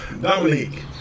Dominique